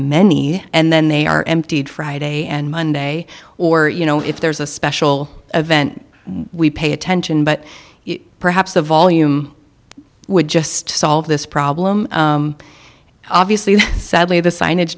many and then they are emptied friday and monday or you know if there's a special event we pay attention but perhaps the volume would just solve this problem obviously sadly the sign